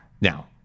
Now